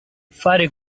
fare